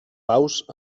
paus